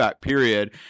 Period